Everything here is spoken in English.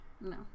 No